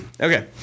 okay